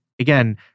again